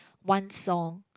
one song